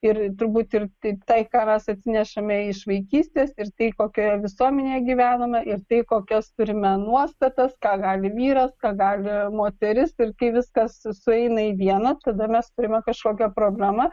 ir turbūt ir tai ką mes atsinešame iš vaikystės ir tai kokioje visuomenėje gyvename ir tai kokias turime nuostatas ką gali vyras ką gali moteris ir kai viskas sueina į vieną tada mes turime kažkokią problemą